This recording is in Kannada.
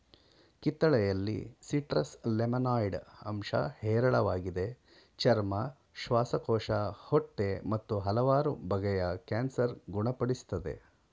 ಕಿತ್ತಳೆಯಲ್ಲಿ ಸಿಟ್ರಸ್ ಲೆಮನಾಯ್ಡ್ ಅಂಶ ಹೇರಳವಾಗಿದೆ ಚರ್ಮ ಶ್ವಾಸಕೋಶ ಹೊಟ್ಟೆ ಮತ್ತು ಹಲವಾರು ಬಗೆಯ ಕ್ಯಾನ್ಸರ್ ಗುಣ ಪಡಿಸ್ತದೆ